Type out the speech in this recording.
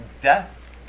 Death